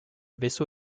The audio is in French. vaisseau